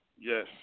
Yes